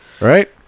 Right